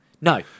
No